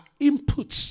inputs